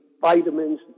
vitamins